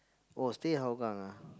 oh stay at Hougang ah